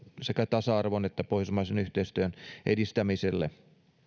sekä tasa arvon että pohjoismaisen yhteistyön edistämiselle